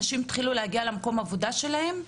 אנשים התחילו להגיע למקום העבודה שלהם.